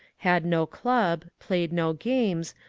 had no club, played no games,